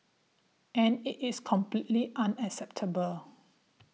and it is completely unacceptable